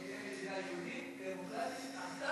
זו תהיה מדינה יהודית, דמוקרטית,